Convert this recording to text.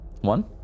One